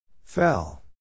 Fell